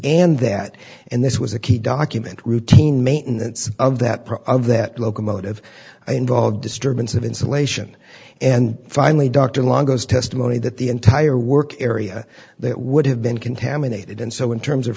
and that and this was a key document routine maintenance of that of that locomotive involved disturbance of insulation and finally dr longo's testimony that the entire work area that would have been contaminated and so in terms of